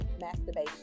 masturbation